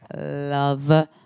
love